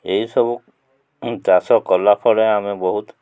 ଏହିସବୁ ଚାଷ କଲା ପରେ ଆମେ ବହୁତ